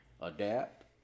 adapt